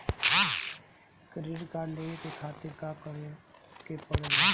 Credit card लेवे के खातिर का करेके पड़ेला?